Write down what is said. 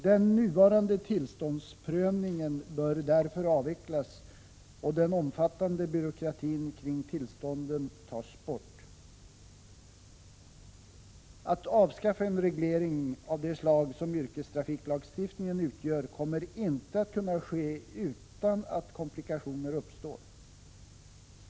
Den nuvarande tillståndsprövningen bör därför avvecklas och den omfattande byråkratin kring tillstånden tas bort. Att avskaffa en reglering av det slag som yrkestrafiklagstiftningen utgör kommer inte att kunna ske utan att komplikationer uppstår.